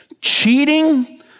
cheating